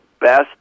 best